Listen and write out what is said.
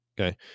Okay